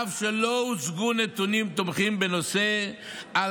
אף על פי שלא הוצגו נתונים תומכים בנושא על